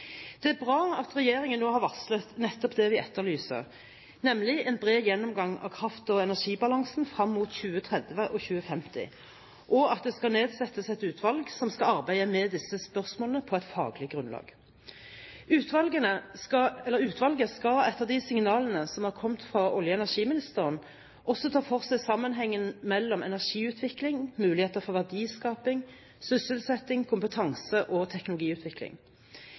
Det er bra at regjeringen nå har varslet nettopp det vi etterlyser, nemlig en bred gjennomgang av kraft- og energibalansen frem mot 2030 og 2050, og at det skal nedsettes et utvalg som skal arbeide med disse spørsmålene på et faglig grunnlag. Utvalget skal etter de signalene som har kommet fra olje- og energiministeren, også ta for seg sammenhengen mellom energiutvikling, muligheter for verdiskaping, sysselsetting, kompetanse- og teknologiutvikling.